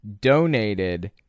donated